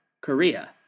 Korea